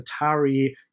Atari